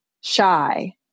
shy